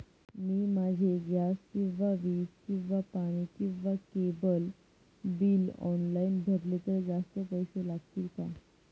मी माझे गॅस किंवा वीज किंवा पाणी किंवा केबल बिल ऑनलाईन भरले तर जास्त पैसे लागतील का?